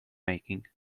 making